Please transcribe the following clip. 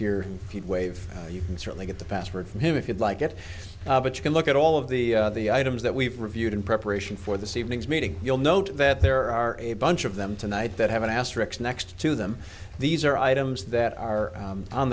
pete wave you can certainly get the password from him if you'd like it but you can look at all of the items that we've reviewed in preparation for the seedlings meeting you'll note that there are a bunch of them tonight that have an asterisk next to them these are items that are